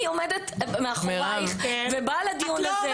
אני עומדת מאחורייך ובאה לדיון הזה.